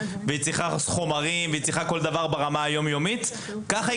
שהיא צריכה חומרים והיא צריכה כל דבר ברמה היום יומית כך היא